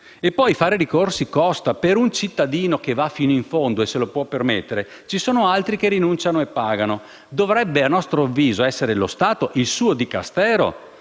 E poi fare ricorsi costa. Per un cittadino che va fino in fondo e se lo può permettere, ce ne sono altri che rinunciano e pagano. Dovrebbe essere, a nostro avviso, lo Stato, il suo Dicastero